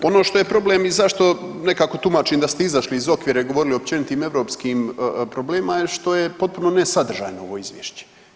Ono što je problem i zašto nekako tumačim da ste izašli iz okvira i govorili općenitim europskim problemima što je potpuno nesadržajno ovo Izvješće.